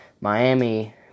Miami